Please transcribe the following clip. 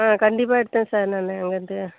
ஆ கண்டிப்பாக எடுத்தேன் சார் நான் அங்கிருந்து